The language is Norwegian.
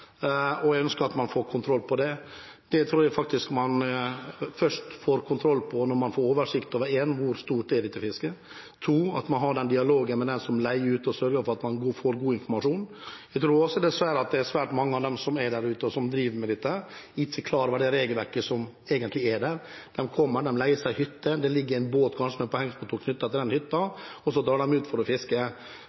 og jeg ønsker at man får kontroll på det. Det tror jeg man først får kontroll på når man får oversikt over hvor stort dette fisket er, at man har en dialog med den som leier ut, og sørger for at man får god informasjon. Jeg tror også at det dessverre er mange av dem som er der ute, og som driver med dette, som ikke er klar over det regelverket som egentlig er der. De kommer, de leier seg hytte, det ligger kanskje en båt med påhengsmotor knyttet til den hytta, og så drar de ut for å fiske.